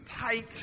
tight